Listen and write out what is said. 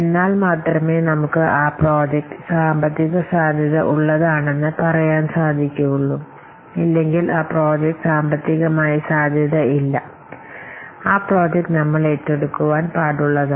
എന്നാൽ മാത്രമേ നമുക്ക് പറയാൻ സാധിക്കുവുള്ളു ആ പ്രോജക്ട് സാമ്പത്തിക സാധ്യത ഉള്ളതാണെന്ന് ഇല്ലെങ്കിൽ ആ പ്രോജക്ട് സാമ്പത്തികമായി സാധ്യത ഇല്ല എന്നും അങ്ങനെ ആ പ്രോജക്ട് നമ്മൾ ഏറ്റെടുക്കുവാൻ പാടുള്ളതല്ല